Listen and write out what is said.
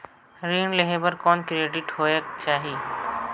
ऋण लेहे बर कौन क्रेडिट होयक चाही?